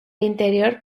interior